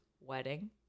wedding